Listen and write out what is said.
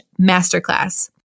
masterclass